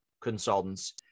consultants